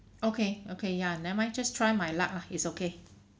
okay okay ya never mind just try my luck ah is okay